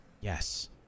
Yes